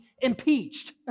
impeached